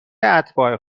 اتباع